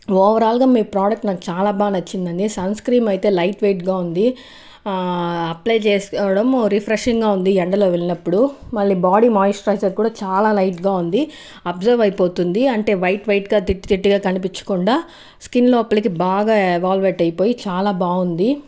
ఓవరాల్గా మీ ప్రోడక్ట్ చాలా బాగా నచ్చిందండి సన్ క్రీమ్ అయితే లైట్ వెయిట్గా ఉంది ఆ అప్లై చేసుకోవడం రెఫ్రెషింగ్గా ఉంది ఎండలో వెళ్ళినప్పుడు మళ్ళీ బాడీ మాయిశ్చరైసర్ కూడా చాలా లైట్గా ఉంది అబ్జర్వ్ అయిపోతుంది అంటే వైట్ వైట్గా జిడ్ జిడ్డుగా కనిపించకుండా స్కిన్ లోపలికి బాగా ఎవాల్వేట్ అయిపోయి చాలా బాగుంది